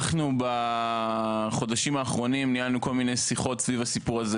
אנחנו בחודשים האחרונים ניהלנו כל מיני שיחות סביב הסיפור הזה